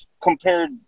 compared